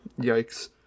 yikes